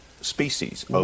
species